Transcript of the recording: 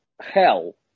hell